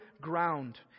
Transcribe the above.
ground